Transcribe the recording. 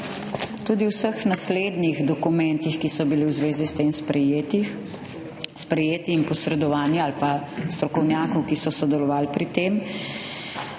Tudi v vseh naslednjih dokumentih, ki so bili v zvezi s tem sprejeti in posredovani, ali pa od strokovnjakov, ki so sodelovali pri tem,